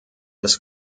des